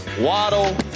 waddle